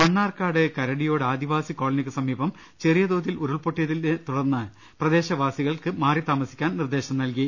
മണ്ണാർക്കാട് കരടിയോട് ആദിവാസി കോളനിക്കു സമീപം ചെറിയ തോതിൽ ഉരുൾപൊട്ടിയതിനെ തുടർന്ന് പ്രദേശവാസികൾക്ക് മാറിത്താമസിക്കാൻ നിർദ്ദേശം നൽകി